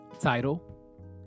title